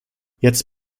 jetzt